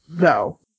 no